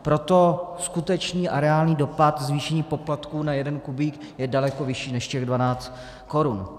Proto skutečný a reálný dopad zvýšení poplatku na jeden kubík je daleko vyšší než 12 korun.